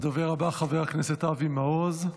הדובר הבא, חבר הכנסת אבי מעוז,